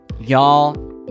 y'all